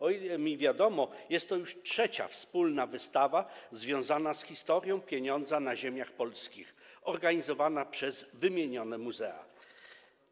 O ile mi wiadomo, jest to już trzecia wspólna wystawa związana z historią pieniądza na ziemiach polskich, zorganizowana przez wymienione muzea.